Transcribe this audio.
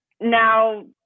now